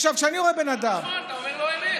אתה אומר לא אמת.